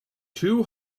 two